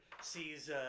sees